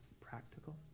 practical